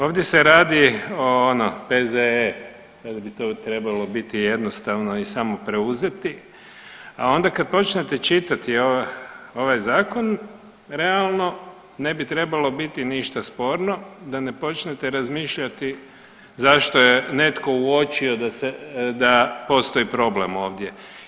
Ovdje se radi o ono P.Z.E. kada bi trebalo biti jednostavno i samo preuzeti, a onda kad počnete čitati ovaj zakon realno ne bi trebalo biti ništa sporno da ne počnete razmišljati zašto je netko uočio da postoji problem ovdje.